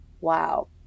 Wow